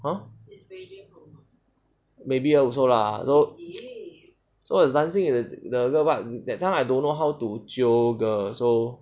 !huh! maybe also lah you know so as dancing at the girl part that time I don't know how to jio girl so